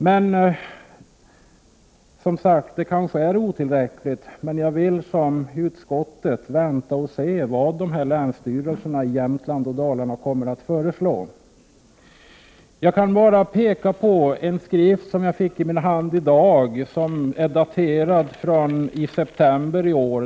Som sagt är kanske dessa stödmöjligheter otillräckliga, men jag vill liksom utskottet vänta och se vad länsstyrelserna i Dalarna och Jämtland kommer att föreslå. Jag vill hänvisa till en skrivelse som jag fick i min hand i dag och som är daterad i september i år.